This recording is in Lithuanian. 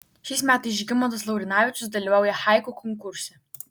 šiais metais žygimantas laurinavičius dalyvauja haiku konkurse